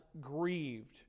grieved